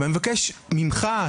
אני מבקש ממך,